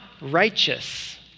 righteous